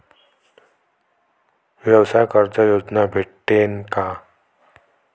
व्यवसाय कर्ज योजना भेटेन का?